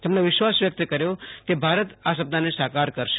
તેમણે વિશ્વાસ વ્યક્ત કર્યો છે કે ભારત આ સપનાને સાકોર કરેશે